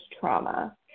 trauma